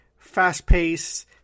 fast-paced